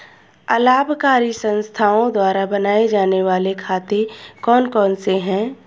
अलाभकारी संस्थाओं द्वारा बनाए जाने वाले खाते कौन कौनसे हैं?